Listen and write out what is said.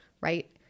right